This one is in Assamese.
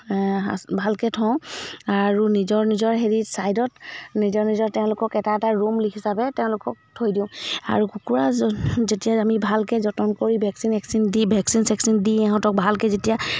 ভালকৈ থওঁ আৰু নিজৰ নিজৰ হেৰি ছাইডত নিজৰ নিজৰ তেওঁলোকক এটা এটা ৰুম লিখ হিচাপে তেওঁলোকক থৈ দিওঁ আৰু কুকুৰা য যেতিয়া আমি ভালকৈ যতন কৰি ভেকচিন চেকচিন দি ভেকচিন চেকচিন দি ইহঁতক ভালকৈ যেতিয়া